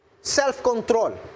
Self-control